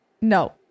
No